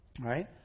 right